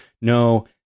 No